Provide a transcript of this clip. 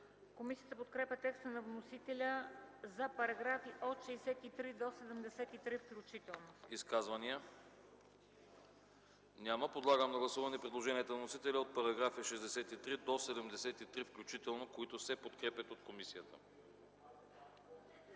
Комисията подкрепя текста на вносителя за параграфи от 63 до 73, включително. ПРЕДСЕДАТЕЛ АНАСТАС АНАСТАСОВ: Изказвания? Няма. Подлагам на гласуване предложението на вносителя за параграфи от 63 до 73, включително, които се подкрепят от комисията.